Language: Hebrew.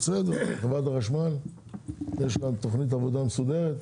חברת החשמל, יש לכם תוכנית עבודה מסודרת?